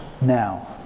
now